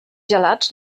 gelats